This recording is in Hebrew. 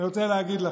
אני רוצה להגיד לכם: